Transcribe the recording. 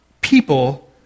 people